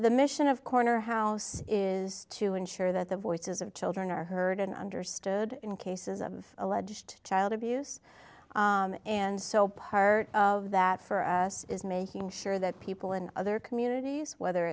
the mission of corner house is to ensure that the voices of children are heard and understood in cases of alleged child abuse and so part of that for us is making sure that people in other communities whether